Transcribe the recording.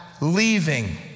leaving